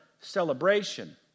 celebration